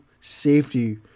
safety